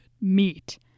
meat